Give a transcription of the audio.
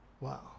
Wow